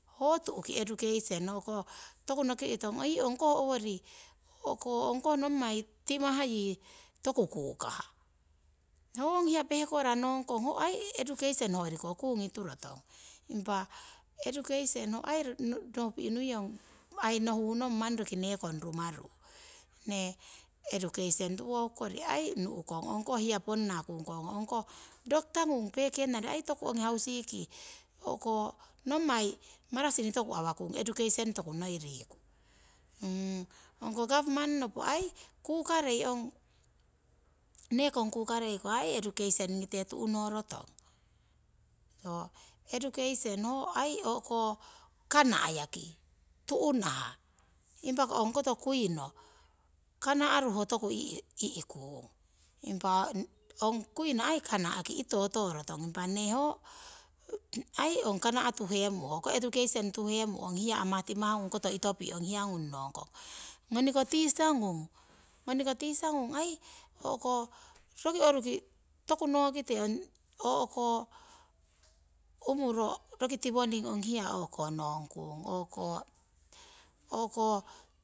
Toku nokie he tong ong koh toku namah kukah, ho, ho aii tuki education. Ho ong hia péikora nohkong no aii education hoyori ko kukie túrong. Education ho aii manni roki nong kong yo aii nekong rumaru. Education túwokukorie núkong ong koh hrei ponna kúkong kong doctor kung nommai aii marasini toku noi a waikung education toku noi korie. Nekong kukarie ko ho ai education kori lute túnohro túrong. Education hoai kunah yaki, túnah. Kanah rúho toku i'kung, impah ong kuino aii kanah ki itoto ro túrong, impah ne aii ong kanah túhe ung ho a'mah timah no rung kong. Koni ko teacher kung aii toku roki u'muro hia túki nong kung.